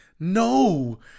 No